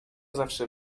zawsze